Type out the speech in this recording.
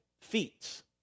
feats